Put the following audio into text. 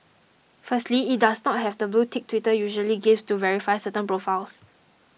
firstly it does not have the blue tick Twitter usually gives to verify certain profiles